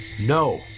No